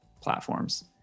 platforms